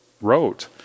wrote